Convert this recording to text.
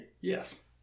Yes